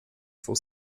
for